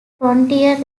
frontier